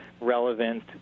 relevant